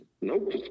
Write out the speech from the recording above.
Nope